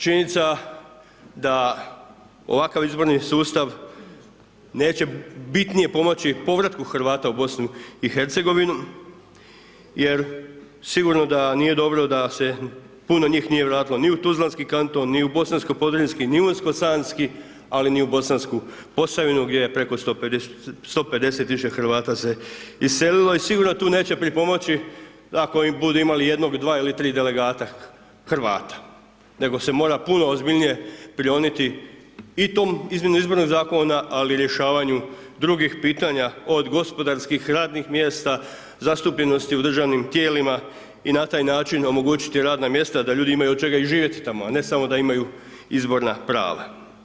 Činjenica da ovakav izborni sustav neće bitnije pomoći povratku Hrvata u BiH jer sigurno da nije dobro da se puno njih nije vratilo ni u Tuzlanski kanton, ni u Bosansko Podravinski, ni Unsko Sanski, ali ni u Bosansku Posavinu, gdje je preko 150 000 Hrvata se iselilo i sigurno tu neće pripomoći ako i budu imali jednog, dva ili tri delegata Hrvata, nego se mora puno ozbiljnije prioniti i tom izmijenjenom izboru zakona, ali i rješavanju drugih pitanja, od gospodarskih, radnih mjesta, zastupljenosti u državnim tijelima i na taj način omogućiti radna mjesta da ljudi imaju od čega i živjeti tamo, a ne samo da imaju izborna prava.